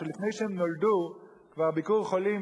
שלפני שהם נולדו היה "ביקור חולים",